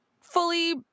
fully